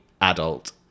adult